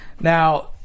Now